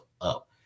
up